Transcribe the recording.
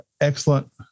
excellent